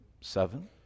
seven